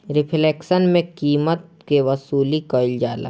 reflection में कीमत के वसूली कईल जाला